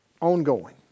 ongoing